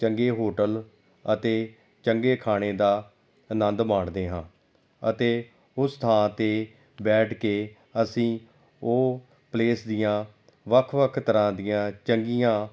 ਚੰਗੇ ਹੋਟਲ ਅਤੇ ਚੰਗੇ ਖਾਣੇ ਦਾ ਆਨੰਦ ਮਾਣਦੇ ਹਾਂ ਅਤੇ ਉਸ ਥਾਂ 'ਤੇ ਬੈਠ ਕੇ ਅਸੀਂ ਉਹ ਪਲੇਸ ਦੀਆਂ ਵੱਖ ਵੱਖ ਤਰ੍ਹਾਂ ਦੀਆਂ ਚੰਗੀਆਂ